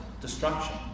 destruction